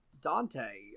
dante